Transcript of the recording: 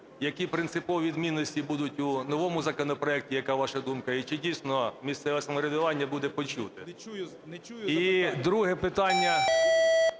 Які принципові відмінності будуть у новому законопроекті, яка ваша думка? І чи дійсно місцеве самоврядування буде почуте? ШМИГАЛЬ Д.А.